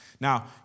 Now